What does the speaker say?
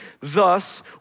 Thus